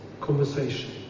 conversation